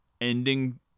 ending